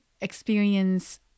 experience